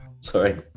Sorry